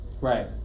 Right